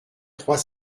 trois